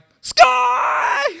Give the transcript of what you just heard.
Sky